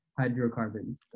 hydrocarbons